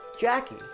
Jackie